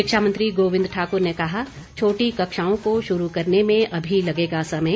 शिक्षा मंत्री गोविंद ठाक्र ने कहा छोटी कक्षाओं को शुरू करने में अभी लगेगा समय